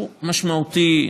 הוא משמעותי,